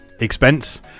expense